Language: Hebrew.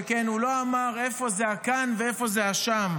שכן הוא לא אמר איפה זה כאן ואיפה זה שם.